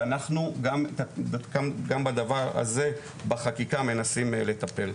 ואנחנו גם בדבר הזה בחקיקה מנסים לטפל.